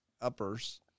uppers